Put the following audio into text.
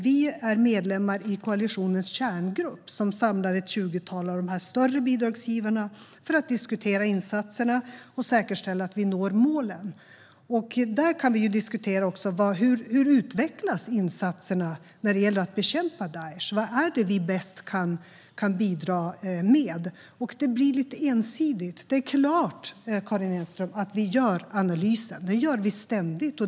Vi är medlemmar i koalitionens kärngrupp som samlar ett tjugotal av de större bidragsgivarna för att diskutera insatserna och säkerställa att vi når målen. Där kan vi diskutera: Hur utvecklas insatserna när det gäller att bekämpa Daesh? Vad är det vi bäst kan bidra med? Det blir lite ensidigt. Det är klart, Karin Enström, att vi gör analysen. Den gör vi ständigt.